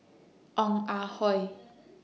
Ong Ah Hoi